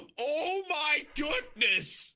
oh my goodness